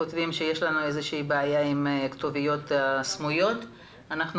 כותבים שיש בעיה עם הכתוביות הסמויות בערוץ 99. אנחנו